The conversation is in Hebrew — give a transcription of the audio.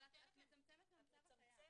אבל את מצמצמת מהמצב הקיים.